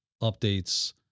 updates